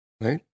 right